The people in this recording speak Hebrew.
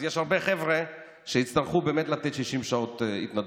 אז יש הרבה חבר'ה שיצטרכו לתת 60 שעות התנדבות.